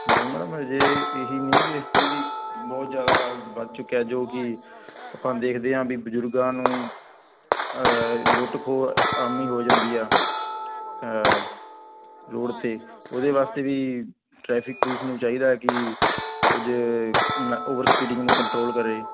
ਨਹੀਂ ਮੈਡਮ ਅਜੇ ਇਹ ਹੀ ਨਹੀਂ ਗੇ ਇਸ ਤੋਂ ਬਹੁਤ ਜ਼ਿਆਦਾ ਵੱਧ ਚੁੱਕਿਆ ਜੋ ਕਿ ਆਪਾਂ ਦੇਖਦੇ ਹਾਂ ਵੀ ਬਜ਼ੁਰਗਾਂ ਨੂੰ ਲੁੱਟ ਖੋਹ ਆਮ ਹੀ ਹੋ ਜਾਂਦੀ ਆ ਰੋਡ 'ਤੇ ਉਹਦੇ ਵਾਸਤੇ ਵੀ ਟ੍ਰੈਫਿਕ ਪੁਲਿਸ ਨੂੰ ਚਾਹੀਦਾ ਕਿ ਕੁਝ ਓਵਰਸਪੀਡਿੰਗ ਨੂੰ ਕੰਟਰੋਲ ਕਰੇ